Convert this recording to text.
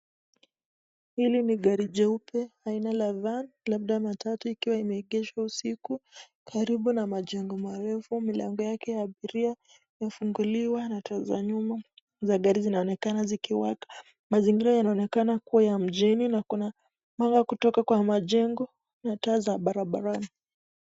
Hili ni gari jeupe haina la van, labda matatu ikiwa limeegeshwa usiku karibu na majengo marefu. Milango yake ya abiria yafunguliwa na taa za nyuma za gari hizi zaonekana zikiwa. Mazingira yaonekana kuwa ya mjini na kuna kutoka kwa majengo na taa za barabarani.